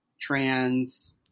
trans